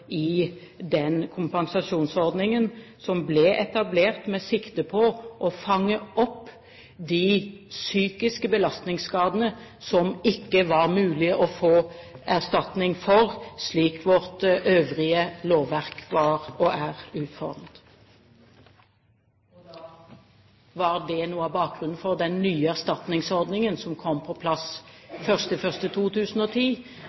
belastningsskadene som det ikke var mulig å få erstatning for, slik vårt øvrige lovverk var og er utformet. Det var noe av bakgrunnen for den nye erstatningsordningen som kom på